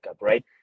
right